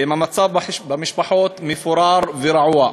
אם המצב במשפחות מפורר ורעוע.